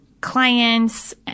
clients